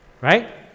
right